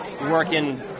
working